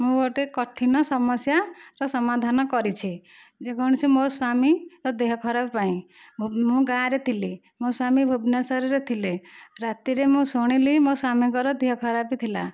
ମୁଁ ଗୋଟେ କଠିନ ସମସ୍ୟାର ସମାଧାନ କରିଛି ଯେକୌଣସି ମୋ ସ୍ୱାମୀର ଦେହ ଖରାପ ପାଇଁ ମୁଁ ଗାଁରେ ଥିଲି ମୋ ସ୍ବାମୀ ଭୁବନେଶ୍ୱରରେ ଥିଲେ ରାତିରେ ମୁଁ ଶୁଣିଲି ମୋ ସ୍ୱାମୀଙ୍କର ଦେହ ଖରାପ ଥିଲା